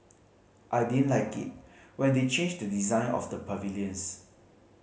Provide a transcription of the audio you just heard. I didn't like it when they changed the design of the pavilions